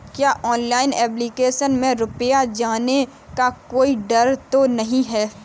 क्या online application में रुपया जाने का कोई डर तो नही है?